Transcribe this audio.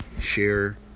share